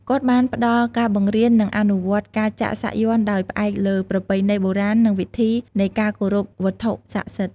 គាត់បានផ្តល់ការបង្រៀន និងអនុវត្តការចាក់សាក់យ័ន្តដោយផ្អែកលើប្រពៃណីបុរាណ និងវិធីនៃការគោរពវត្ថុសក្តិសិទ្ធ។